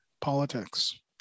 politics